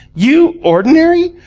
you ordinary?